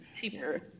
cheaper